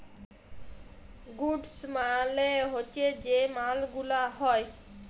goods মালে হচ্যে যে মাল গুলা হ্যয়